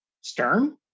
Stern